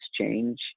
change